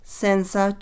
senza